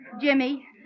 Jimmy